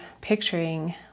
picturing